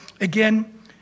again